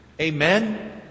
Amen